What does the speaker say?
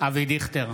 אבי דיכטר,